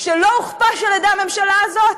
שלא הוכפש על-ידי הממשלה הזאת?